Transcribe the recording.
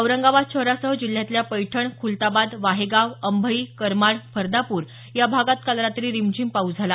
औरंगाबाद शहरासह जिल्ह्यातल्या पैठण खुलताबाद वाहेगाव अंभई करमाड फर्दापूर या भागात काल रात्री रिमझिम पाऊस झाला